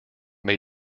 may